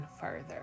further